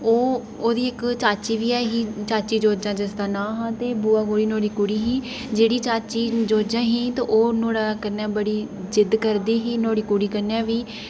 ओह् ओह्दी इक चाची बी एह् ही चाची जोजां जिसदा नांऽ हा ते बुआ कौड़ी नुहाड़ी कुड़ी ही ते जेह्ड़ी चाची जोजां ही ते ओह् नुहाड़े कन्नै बड़ी जिद्द करदी ही नुहाड़ी कुड़ी कन्नै बी ते